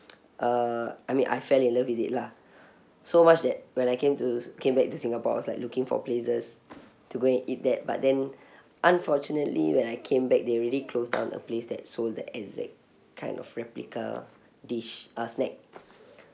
uh I mean I fell in love with it lah so much that when I came to s~ came back to singapore I was like looking for places to go and eat that but then unfortunately when I came back they already closed down a place that sold the exact kind of replica dish uh snack